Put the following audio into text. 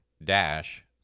dash